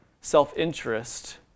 self-interest